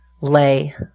lay